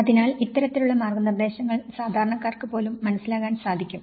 അതിനാൽ ഇത്തരത്തിലുള്ള മാർഗ്ഗനിർദ്ദേശങ്ങൾ സാധാരണക്കാർക്ക് പോലും മനസിലാക്കാൻ സാധിക്കും